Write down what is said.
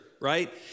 right